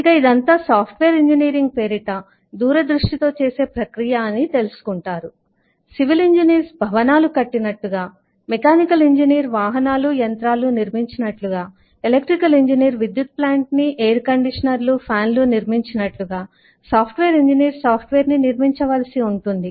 ఇక ఇదంతా software engineering పేరిట దూరదృష్టితో చేసే ప్రక్రియ అని తెలుసుకుంటారు సివిల్ ఇంజనీర్ భవనాలు కట్టినట్లుగా మెకానికల్ ఇంజనీర్ వాహనాలు యంత్రాలు నిర్మించినట్టుగా ఎలక్ట్రికల్ ఇంజనీర్ విద్యుత్ ప్లాంట్ ని ఎయిర్ కండిషనర్లు ఫ్యాన్లు నిర్మించినట్టుగా సాఫ్ట్వేర్ ఇంజనీర్ సాఫ్ట్ వేర్ ని నిర్మించవలసి ఉంటుంది